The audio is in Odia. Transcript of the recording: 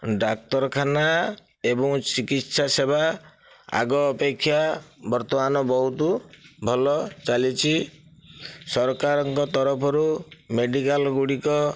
ଡାକ୍ତରଖାନା ଏବଂ ଚିକିତ୍ସା ସେବା ଆଗ ଅପେକ୍ଷା ବର୍ତ୍ତମାନ ବହୁତ୍ ଭଲ ଚାଲିଛି ସରକାରଙ୍କ ତରଫରୁ ମେଡ଼ିକାଲ ଗୁଡ଼ିକ